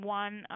one